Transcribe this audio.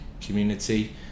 community